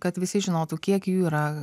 kad visi žinotų kiek jų yra